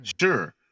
Sure